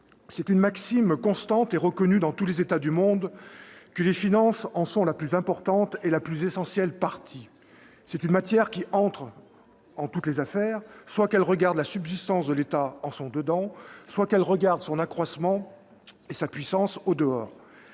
C'est une maxime constante et reconnue dans tous les États du monde que les finances en sont la plus importante et la plus essentielle partie. C'est une manière qui entre en toutes les affaires, soit qu'elle regarde la subsistance de l'État en son dedans, soit qu'elle regarde son accroissement et sa puissance au dehors.